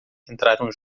entraram